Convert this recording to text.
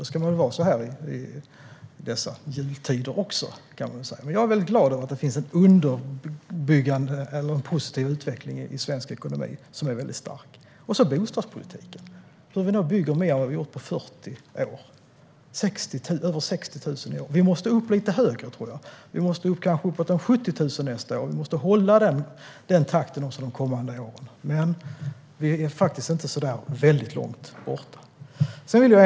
Det ska vi vara i dessa jultider. Jag är glad att det finns en positiv och stark utveckling i svensk ekonomi. Sedan är det bostadspolitiken. Det byggs mer än på 40 år. Det byggs över 60 000 bostäder i år. Vi måste upp lite högre, kanske upp till 70 000 bostäder nästa år. Den takten måste hållas de kommande åren - men vi är inte så långt bort.